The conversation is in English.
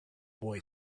boy